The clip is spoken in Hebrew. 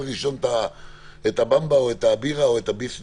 ראשונים את הבמבה או את הבירה או את הביסלי.